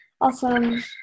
Awesome